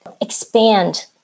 expand